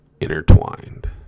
intertwined